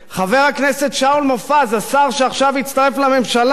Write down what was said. חבר הכנסת שאול מופז, השר שעכשיו הצטרף לממשלה,